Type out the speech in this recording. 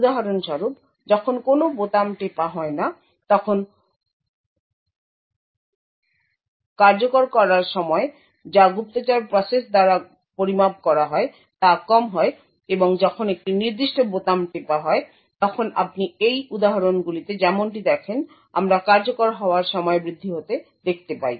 উদাহরণস্বরূপ যখন কোনও বোতাম টেপা হয় না তখন কোয়ারজকুর করার সময় যা গুপ্তচর প্রসেস দ্বারা পরিমাপ করা হয় তা কম হয় এবং যখন একটি নির্দিষ্ট বোতাম টেপা হয় তখন আপনি এই উদাহরণগুলিতে যেমনটি দেখেন আমরা কার্যকর হওয়ার সময় বৃদ্ধি হতে দেখতে পাই